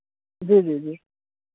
जी जी जी